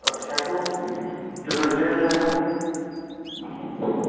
أسۍ ہٮ۪کو ٹیوٗزڈے حظ ہٮ۪کو